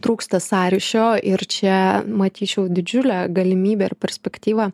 trūksta sąryšio ir čia matyčiau didžiulę galimybę ir perspektyvą